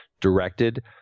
directed